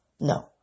no